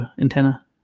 antenna